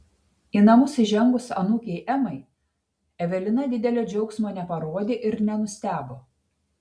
į namus įžengus anūkei emai evelina didelio džiaugsmo neparodė ir nenustebo